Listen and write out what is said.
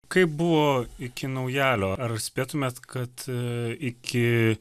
kaip buvo iki naujalio ar spėtumėt kad iki